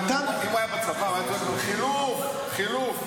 אם הוא היה בצבא הוא היה צועק לו: חילוף, חילוף.